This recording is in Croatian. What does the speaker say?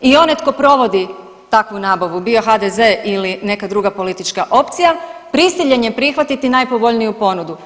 I onaj tko provodi takvu nabavu, bio HDZ ili neka druga politička opcija, prisiljen je prihvatiti najpovoljniju ponudu.